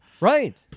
Right